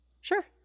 Sure